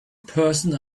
person